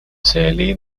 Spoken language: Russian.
целый